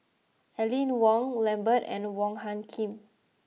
Aline Wong Lambert and Wong Hung Khim